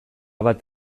bat